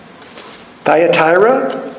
Thyatira